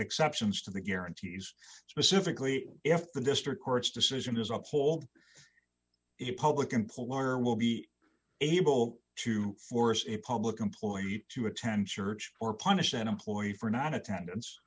exceptions to the guarantees specifically if the district court's decision is up hold it public employer will be able to force it public employee to attend church or punish an employee for not attendance